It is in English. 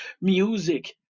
music